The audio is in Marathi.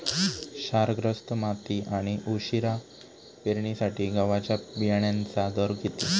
क्षारग्रस्त माती आणि उशिरा पेरणीसाठी गव्हाच्या बियाण्यांचा दर किती?